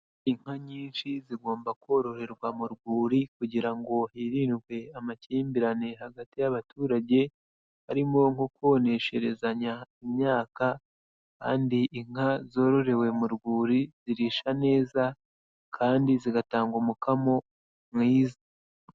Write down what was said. Inka nyinshi zigomba koroherwa mu rwuri kugira ngo hirindwe amakimbirane hagati y'abaturage, harimo nko konesherezanya imyaka kandi inka zororewe mu rwuri zirisha neza kandi zigatanga umukamo mwiza.